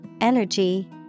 energy